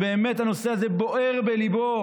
שבאמת הנושא הזה בוער בליבו,